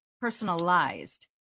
personalized